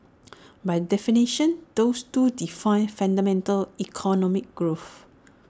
by definition those two define fundamental economic growth